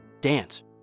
dance